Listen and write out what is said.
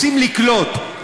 רוצים לקלוט,